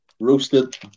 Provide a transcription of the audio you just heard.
roasted